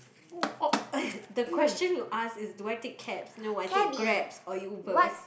oo oh the question you ask is do I take cabs no I take Grabs or Ubers